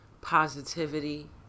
positivity